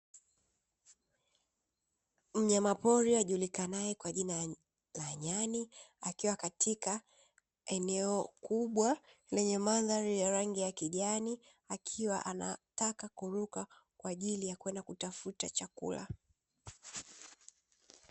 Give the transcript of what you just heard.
Mnyama pori ajulikanaye kwa jina la nyani akiwa katika eneo kubwa lenye mandhari ya rangi ya kijani. Akiwa anataka kuruka kwa ajili ya kwenda kutafuta chakula.